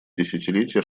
десятилетий